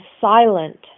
silent